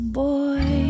boy